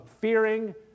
fearing